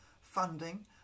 funding